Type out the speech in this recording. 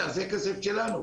זה כסף שלנו.